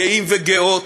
גאים וגאות,